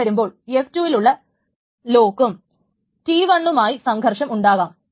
അങ്ങനെ വരുമ്പോൾ f2 വിലുള്ള ലോക്കും T 1 മായി സംഘർഷ ഉണ്ടാകാം